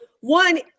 one